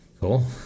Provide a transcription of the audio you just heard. cool